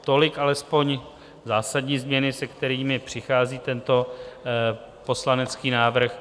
Tolik alespoň zásadní změny, se kterými přichází tento poslanecký návrh.